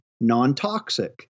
non-toxic